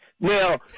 Now